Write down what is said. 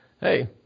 hey